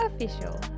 official